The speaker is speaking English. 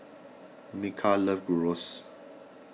Micah loves Gyros